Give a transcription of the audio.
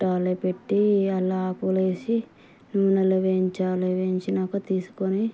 పెట్టాలి పెట్టి అలా ఆకులు వేసి నూనెలో వేయించాలి వేయించినాక తీసుకొని